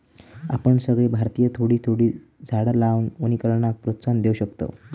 आपण सगळे भारतीय थोडी थोडी झाडा लावान वनीकरणाक प्रोत्साहन देव शकतव